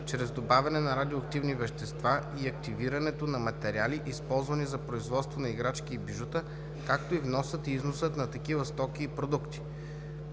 чрез добавяне на радиоактивни вещества и активирането на материали, използвани за производство на играчки и бижута, както и вносът и износът на такива стоки и продукти;“.